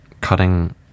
cutting